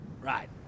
Right